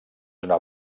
una